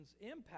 impact